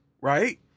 right